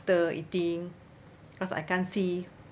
eating cause I can't see